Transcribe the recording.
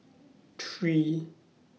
three